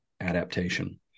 adaptation